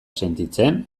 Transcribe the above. sentitzen